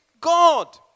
God